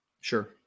Sure